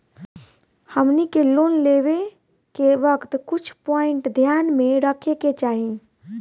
हमनी के लोन लेवे के वक्त कुछ प्वाइंट ध्यान में रखे के चाही